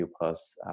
plus